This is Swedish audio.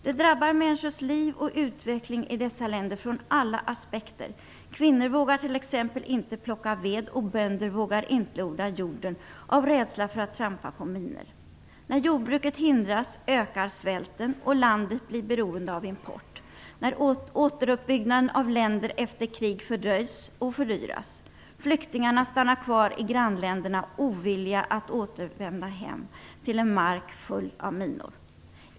Det drabbar människors liv och utvecklingen i dessa länder ur alla aspekter. Kvinnor vågar t.ex. inte plocka ved och bönder vågar inte odla jorden av rädsla för att trampa på minor. När jordbruket hindras ökar svälten och landet blir beroende av import. Återuppbyggnaden av länder efter krig fördröjs och fördyras. Flyktingarna stannar kvar i grannländerna, ovilliga att återvända hem till en mark full av minor.